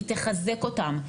היא תחזק אותן.